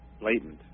blatant